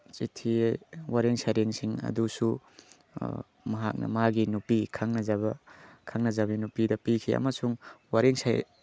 ꯆꯤꯊꯤ ꯋꯥꯔꯦꯡ ꯁꯩꯔꯦꯡꯁꯤꯡ ꯑꯗꯨꯁꯨ ꯃꯍꯥꯛꯅ ꯃꯥꯒꯤ ꯅꯨꯄꯤ ꯈꯪꯅꯖꯕ ꯈꯪꯅꯖꯕꯤ ꯅꯨꯄꯤꯗ ꯄꯤꯈꯤ ꯑꯃꯁꯨꯡ ꯋꯥꯔꯦꯡ